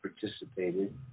participated